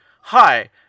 Hi